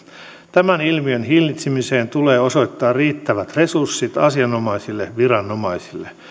tämän ilmiön hillitsemiseen tulee osoittaa riittävät resurssit asianomaisille viranomaisille